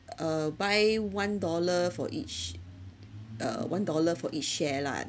uh buy one dollar for each uh one dollar for each share lah